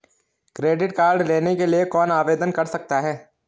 Credit card लेने के लिए कौन आवेदन कर सकता है?